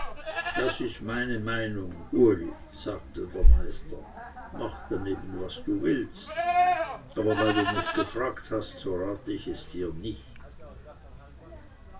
das ist meine meinung uli sagte der meister mach darneben was du willst aber weil du mich gefragt hast so rate ich es dir nicht